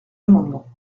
amendements